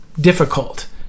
difficult